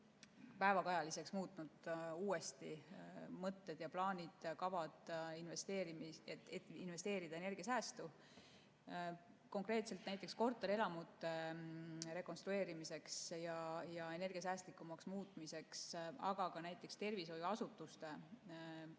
päevakajaliseks muutnud mõtted ja plaanid-kavad, et investeerida energiasäästu. Konkreetselt korterelamute rekonstrueerimiseks ja energiasäästlikumaks muutmiseks, aga ka tervishoiuasutuste